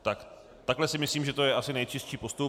Takto si myslím, že to je asi nejčistší postup.